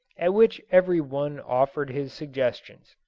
at which every one offered his suggestions.